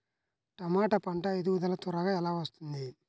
టమాట పంట ఎదుగుదల త్వరగా ఎలా వస్తుంది?